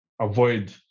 avoid